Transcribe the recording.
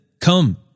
come